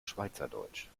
schweizerdeutsch